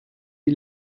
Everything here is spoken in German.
die